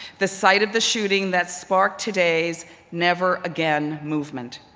the site of the shooting that sparked today's never again movement.